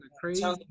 crazy